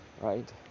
right